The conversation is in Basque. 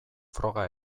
froga